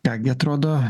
ką gi atrodo